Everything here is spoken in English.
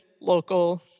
local